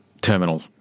terminal